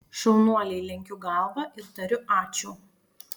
šaunuoliai lenkiu galvą ir tariu ačiū